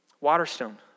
Waterstone